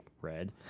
red